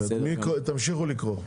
תמשיכו לקרוא.